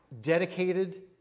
dedicated